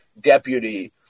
deputy